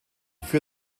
für